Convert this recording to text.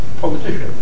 politician